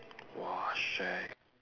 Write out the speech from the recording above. !wah! shagged